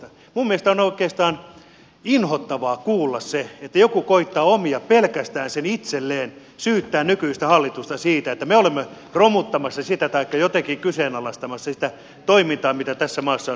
minun mielestäni on oikeastaan inhottavaa kuulla se että joku koettaa omia sen pelkästään itselleen syyttäen nykyistä hallitusta siitä että me olemme romuttamassa sitä taikka jotenkin kyseenalaistamassa sitä toimintaa mitä tässä maassa on saatu aikaiseksi